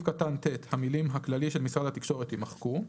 קטן (ט) המילים "הכללי של משרד התקשורת" יימחקו.